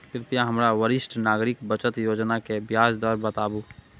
कृपया हमरा वरिष्ठ नागरिक बचत योजना के ब्याज दर बताबू